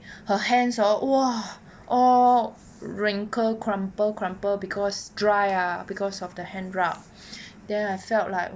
her hands orh !wah! all wrinkle crumple crumple because dry ah because of the hand rub then I felt like